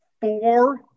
four